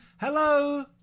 Hello